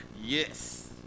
Yes